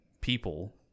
people